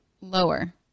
Lower